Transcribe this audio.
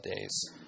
days